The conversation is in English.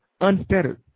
unfettered